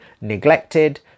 neglected